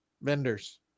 vendors